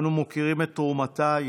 אנו מוקירים את תרומתה.